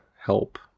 help